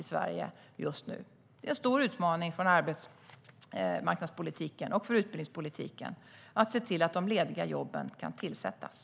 Det är en stor utmaning för arbetsmarknadspolitiken - och för utbildningspolitiken - att se till att de lediga jobben kan tillsättas.